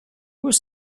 was